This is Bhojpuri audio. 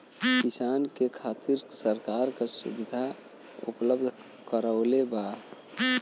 किसान के खातिर सरकार का सुविधा उपलब्ध करवले बा?